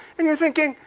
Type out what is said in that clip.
and you're thinking,